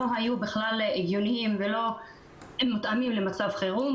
היו הגיוניים ולא מותאמים למצב חירום,